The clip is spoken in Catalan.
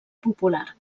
popular